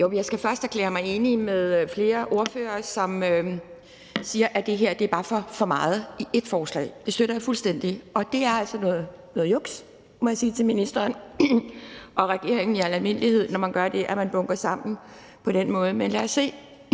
Jeg skal først erklære mig enig med flere ordførere, som siger, at det her bare er for meget i ét forslag. Det støtter jeg fuldstændig. Og det er altså noget juks i al almindelighed, må jeg sige til ministeren og regeringen, når man gør det, at man bunker sammen på den måde. Men lad os se,